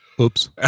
Oops